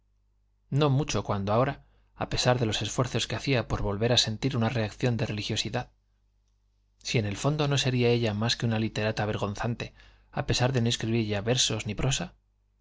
no mucho cuando ahora a pesar de los esfuerzos que hacía por volver a sentir una reacción de religiosidad si en el fondo no sería ella más que una literata vergonzante a pesar de no escribir ya versos ni prosa